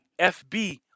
fb